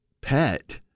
pet